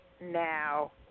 now